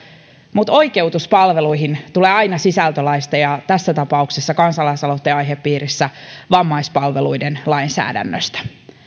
mutta oikeutus palveluihin tulee aina sisältölaista ja tässä tapauksessa kansalaisaloitteen aihepiirissä vammaispalveluiden lainsäädännöstä